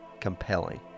compelling